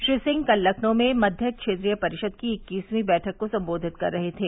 श्री सिंह कल लखनऊ में मध्य क्षेत्रीय परिषद की इक्कीसवीं बैठक को संबोधित कर रहे थे